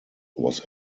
was